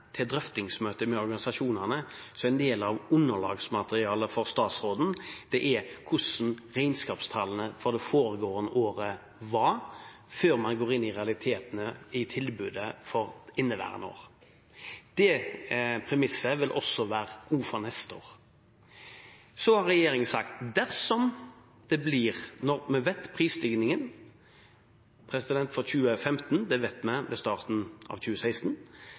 til drøftingsmøtet med organisasjonene, som en del av underlagsmaterialet for statsråden, har det vært regnskapstallene for det foregående året man har brukt før man går inn i realitetene i tilbudet for inneværende år. Den premissen vil også gjelde for neste år. Dersom det blir sånn – når vi vet prisstigningen for 2015, det vet vi ved starten av 2016